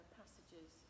passages